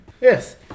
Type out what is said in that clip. Yes